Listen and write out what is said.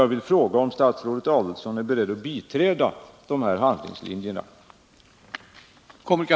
Jag vill fråga om statsrådet Adelsohn är beredd att biträda de här handlingslinjerna.